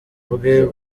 bwe